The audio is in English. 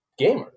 gamers